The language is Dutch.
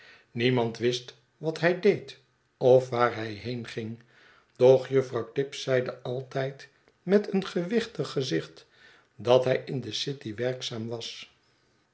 niemand wist wat hij deed of waar hij heenging doch juffrouw tibbs zeide altijd met een gewichtig gezicht dat hij in de city werkzaam was